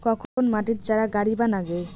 কখন মাটিত চারা গাড়িবা নাগে?